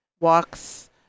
walks